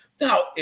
Now